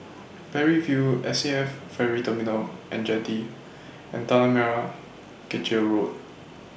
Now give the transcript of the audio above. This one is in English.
Parry View S A F Ferry Terminal and Jetty and Tanah Merah Kechil Road